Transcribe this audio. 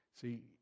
See